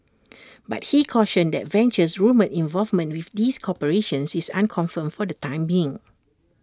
but he cautioned that Venture's rumoured involvement with these corporations is unconfirmed for the time being